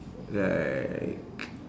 like